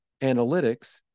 analytics